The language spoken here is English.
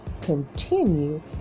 continue